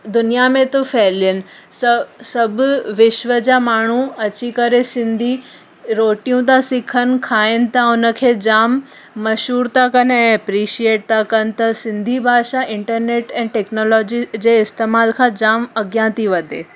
दुनिया में जो फहिलायल स सभु विश्व जा माण्हू अची करे सिंधी रोटियूं था सिखनि खाइनि था हुनखे जाम मशहूरु था कनि ऐं एपरीशिएट था कनि त सिंधी भाषा इंटरनेट ऐं टेक्नॉलोजी जे इस्तेमालु खां जाम अॻियां थी वधे